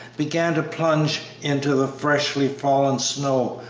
began to plunge into the freshly fallen snow,